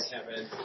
Kevin